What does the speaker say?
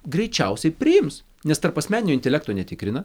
greičiausiai priims nes tarpasmeninio intelekto netikrina